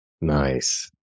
Nice